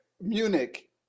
Munich